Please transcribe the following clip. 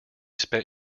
spent